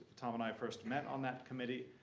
tom and i first met on that committee.